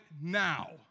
now